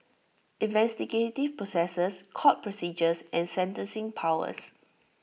investigative processes court procedures and sentencing powers